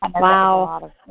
Wow